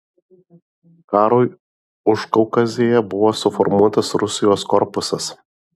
karui užkaukazėje buvo suformuotas rusijos korpusas